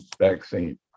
vaccine